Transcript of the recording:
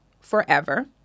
forever